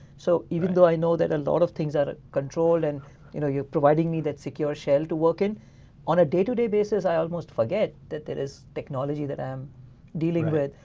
so even though i know that a lot of things are controlled and you know you're providing me that secure shell to work in on a day-to-day basis i almost forget that there is technology that i am dealing with.